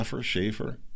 Schaefer